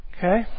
Okay